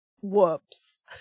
whoops